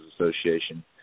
Association